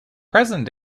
present